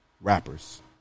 rappers